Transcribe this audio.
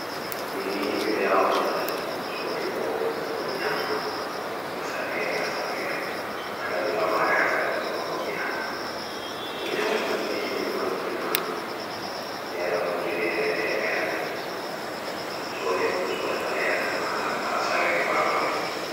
Meni midia on sodu go kominyama asaveri, asaveri, kalanya lomari asaveron pabomiata. Demiata pandi mida maginam, lera o junere temere. Sodi kom suda taheya tam asaveri warore.